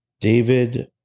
David